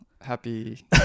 happy